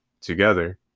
together